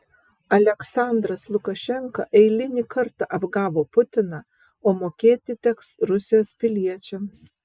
aliaksandras lukašenka eilinį kartą apgavo putiną o mokėti teks rusijos piliečiams